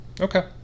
Okay